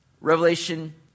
Revelation